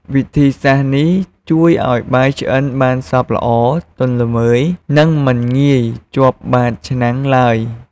វិធីសាស្ត្រនេះ ជួយឲ្យបាយឆ្អិនបានសព្វល្អ ទន់ល្មើយ និងមិនងាយជាប់បាតឆ្នាំងឡើយ។